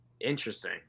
Interesting